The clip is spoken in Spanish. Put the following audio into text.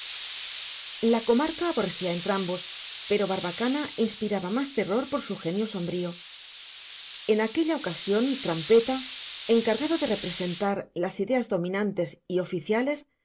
la comarca aborrecía a entrambos pero barbacana inspiraba más terror por su genio sombrío en aquella ocasión trampeta encargado de representar las ideas dominantes y oficiales